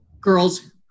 girls